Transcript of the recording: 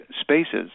spaces